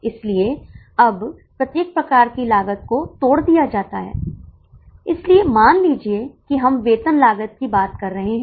इसलिए हम इसे एक निश्चित लागत के रूप में नहीं लेंगे यह एक अर्ध परिवर्तनीय लागत बन जाता है